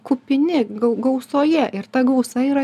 kupini gau gausoje ir ta gausa yra